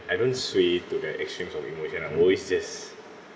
I don't sway to the extremes of emotions I'm always just